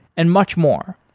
and much more.